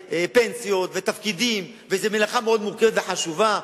פנסיות ותפקידים וזו מלאכה מאוד מורכבת וחשובה,